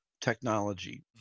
technology